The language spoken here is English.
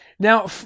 Now